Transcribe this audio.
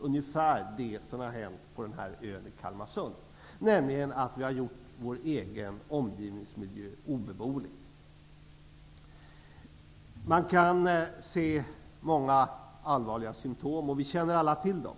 ungefär det som har hänt på den här ön i Kalmarsund händer på vårt jordklot, nämligen att vi har gjort vår egen omgivningsmiljö obeboelig. Man kan se många allvarliga symtom på detta, och vi känner alla till dem.